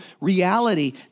reality